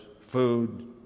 food